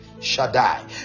Shaddai